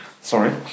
sorry